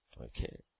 Okay